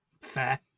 Fair